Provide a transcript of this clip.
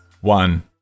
one